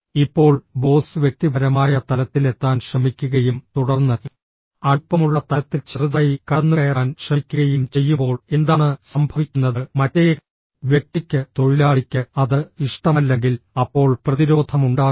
ഇപ്പോൾ ബോസ് വ്യക്തിപരമായ തലത്തിലെത്താൻ ശ്രമിക്കുകയും തുടർന്ന് അടുപ്പമുള്ള തലത്തിൽ ചെറുതായി കടന്നുകയറാൻ ശ്രമിക്കുകയും ചെയ്യുമ്പോൾ എന്താണ് സംഭവിക്കുന്നത് മറ്റേ വ്യക്തിക്ക് തൊഴിലാളിക്ക് അത് ഇഷ്ടമല്ലെങ്കിൽ അപ്പോൾ പ്രതിരോധം ഉണ്ടാകും